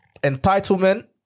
entitlement